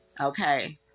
okay